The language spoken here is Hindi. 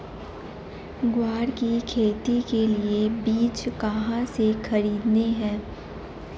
ग्वार की खेती के लिए बीज कहाँ से खरीदने हैं?